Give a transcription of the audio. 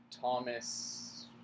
Thomas –